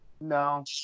no